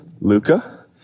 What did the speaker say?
Luca